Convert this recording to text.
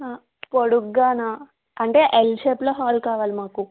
పొడువుగానా అంటే L shape లో hall కావాలి మాకు